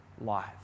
life